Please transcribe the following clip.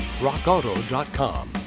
rockauto.com